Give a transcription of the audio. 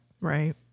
Right